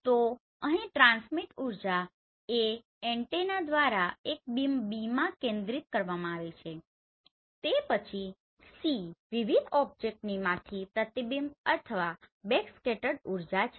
તો અહીં ટ્રાન્સમીટ ઉર્જા A એન્ટેના દ્વારા એક બીમ Bમાં કેન્દ્રિત કરવામાં આવે છે અને તે પછી C વિવિધ ઓબ્જેક્ટની માંથી પ્રતિબિંબિત અથવા બેકસ્કેટર્ડ ઉર્જા છે